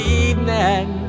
evening